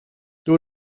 door